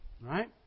right